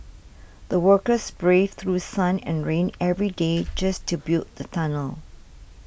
the workers braved through sun and rain every day just to build the tunnel